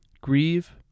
grieve